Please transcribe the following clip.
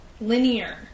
linear